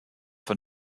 von